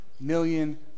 million